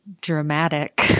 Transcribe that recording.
dramatic